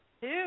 two